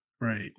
Right